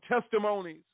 testimonies